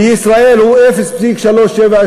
בישראל הוא 0.378,